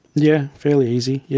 yeah fairly easy, yeah.